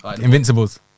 Invincibles